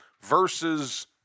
versus